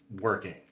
working